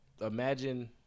imagine